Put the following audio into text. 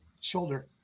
shoulder